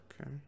okay